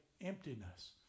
emptiness